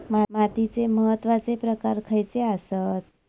मातीचे महत्वाचे प्रकार खयचे आसत?